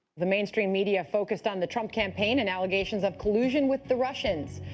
the mainstream media focused on the trump campaign and allegations of collusion with the russians.